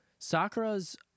sakura's